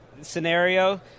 scenario